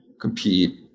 compete